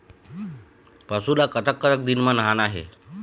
पशु ला कतक कतक दिन म नहाना हे?